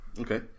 okay